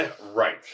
Right